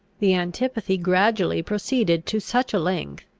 the antipathy gradually proceeded to such a length,